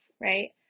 Right